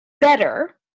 Better